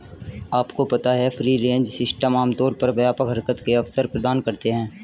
आपको पता है फ्री रेंज सिस्टम आमतौर पर व्यापक हरकत के अवसर प्रदान करते हैं?